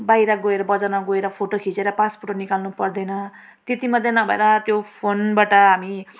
बाहिर गएर बजारमा गएर फोटो खिचेर पास फोटो निकाल्नु पर्दैन त्यति मात्रै नभएर त्यो फोनबाट हामी